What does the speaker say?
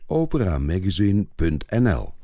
operamagazine.nl